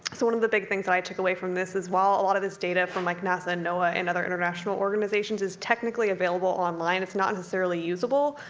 so one of the big things that i took away from this is while a lot of this data from like nasa, and noaa, and other international organizations is technically available online. it's not necessarily usable.